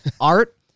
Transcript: Art